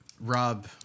Rob